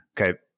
okay